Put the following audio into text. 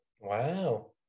Wow